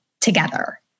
together